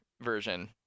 version